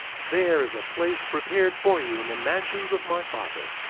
there is a place prepared for you in the mansions of my father.